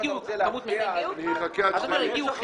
כבר הגיעו?